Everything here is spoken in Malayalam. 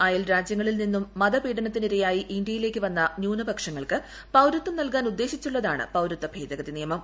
അയൽരാജ്യങ്ങളിൽ നിന്നും മതപീഡനത്തിന് ഇരയായി ഇന്ത്യയിലേക്ക് വന്ന ന്യൂനപക്ഷങ്ങൾക്ക് പൌരത്വം നൽകാൻ ഉദ്ദേശിച്ചുള്ളതാണ് പൌരത്വ ഭേദഗതി നിയമം